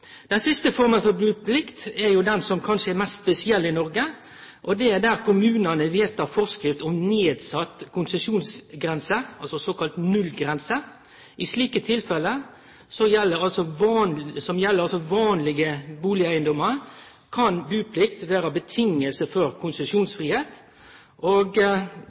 Den siste forma for buplikt er den som kanskje er mest spesiell i Noreg, og det er der kommunane vedtek forskrift om nedsett konsesjonsgrense, såkalla nullgrense. I slike tilfelle, som gjeld